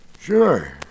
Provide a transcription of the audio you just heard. Sure